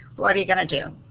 what are you going to do?